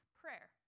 prayer